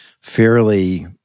fairly